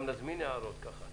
גם נזמין הערות ככה.